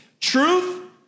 Truth